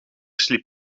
sliep